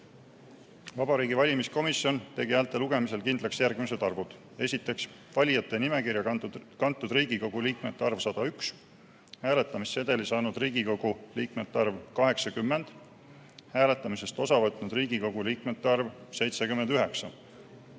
Vabariigi Valimiskomisjon tegi häälte lugemisel kindlaks järgmised arvud. Valijate nimekirja kantud kantud Riigikogu liikmete arv – 101. Hääletamissedeli saanud Riigikogu liikmete arv – 80. Hääletamisest osavõtnud Riigikogu liikmete arv – 79.